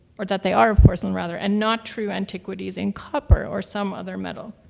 or that they are of porcelain, rather, and not true antiquities in copper or some other metal.